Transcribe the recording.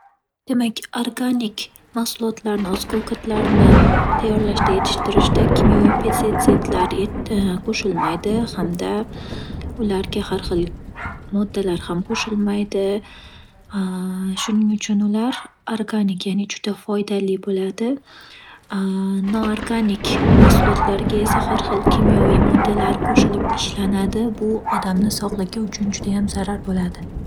Demak, organik mahsulotlarni, oziq-ovqatlarni tayyorlashda, yetishtirishda kimyoviy pitsetsetlar qo'shilmaydi, hamda ularga har xil moddalar ham qo'shilmaydi. Shuning uchun ular organik, ya'ni juda foydali bo'ladi. Noorganik mahsulotlarga esa har xil kimyoviy moddalar qo'shilib, ishlanadi. Bu odamni sog'ligi uchun judayam zarar bo'ladi.